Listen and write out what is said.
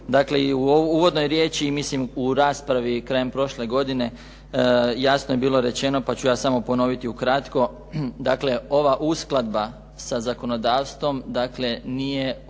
u uvodnoj riječi mislim u raspravi krajem prošle godine jasno je bilo rečeno, pa ću ja samo ponoviti ukratko. Dakle ova uskladba sa zakonodavstvom dakle nije